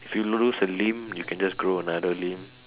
if you lose a limb you can just grow another limb